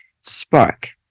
Spark